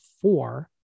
four